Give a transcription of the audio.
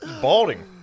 Balding